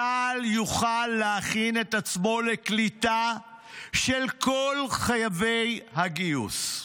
צה"ל יוכל להכין את עצמו לקליטה של כל חייבי הגיוס.